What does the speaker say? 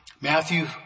Matthew